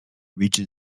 region